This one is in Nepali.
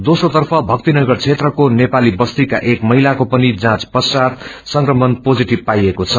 दोस्रो तर्फ भक्तिनगर क्षेत्रको नेपाली बस्तीका एक महिलाको पनि जाँच पश्वात संक्रमण पोजेटिथ पाइएको छ